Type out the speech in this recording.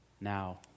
now